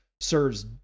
serves